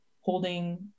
holding